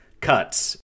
cuts